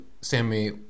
Sammy